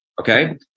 okay